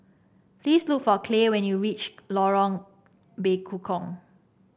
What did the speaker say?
please look for Clay when you reach Lorong Bekukong